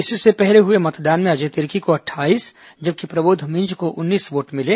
इससे पहले हुए मतदान में अजय तिर्की को अट्ठाईस जबकि प्रबोध मिंज को उन्नीस वोट मिले